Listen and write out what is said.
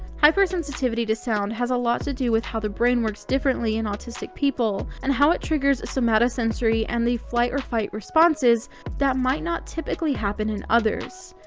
hypersensitivity to sound has a lot to do with how the brain works differently in autistic people and how it triggers somatosensory and the flight-or-fight responses that might not typically happen in others.